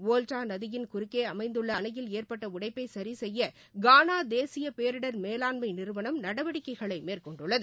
Volta நதியின் குறுக்கே அமைந்துள்ள அணையில் ஏற்பட்ட உடைப்பை சிசெய்ய கானா தேசிய பேரிடர் மேலாண்மை நிறுவனம் நடவடிக்கைகளை மேற்கொண்டுள்ளது